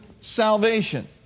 salvation